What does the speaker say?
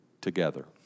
together